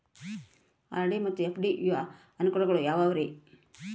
RD ಮತ್ತು FD ಯ ಅನುಕೂಲಗಳು ಯಾವ್ಯಾವುರಿ?